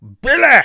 Billy